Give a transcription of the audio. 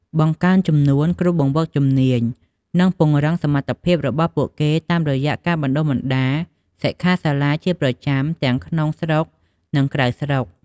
បង្កើនចំនួន គ្រូបង្វឹកជំនាញ និងពង្រឹងសមត្ថភាពរបស់ពួកគេ តាមរយៈការបណ្តុះបណ្តាល និងសិក្ខាសាលាជាប្រចាំ ទាំងក្នុងស្រុក និងក្រៅស្រុក។